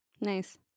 Nice